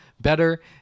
better